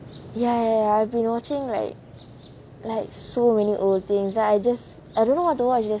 ya ya ya I've been watching like like so many old things I just I don't know what to watch there's